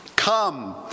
Come